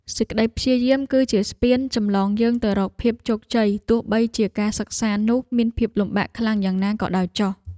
សេចក្តីព្យាយាម គឺជាស្ពានចម្លងយើងទៅរកភាពជោគជ័យទោះបីជាការសិក្សានោះមានភាពលំបាកខ្លាំងយ៉ាងណាក៏ដោយចុះ។